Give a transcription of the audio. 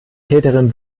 täterin